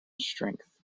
strength